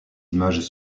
images